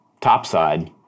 topside